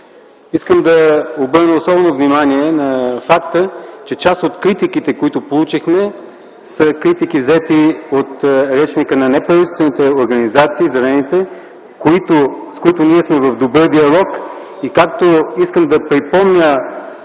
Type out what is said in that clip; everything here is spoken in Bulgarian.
Искам да обърна особено внимание на факта, че част от критиките, които получихме, са критики, взети от речника на неправителствените организации – зелените, с които ние сме в добър диалог. Искам да припомня